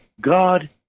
God